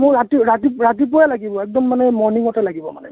মোক ৰাতি ৰাতি ৰাতিপুৱাই লাগিব একদম মানে মৰ্ণিঙতে লাগিব মানে মোক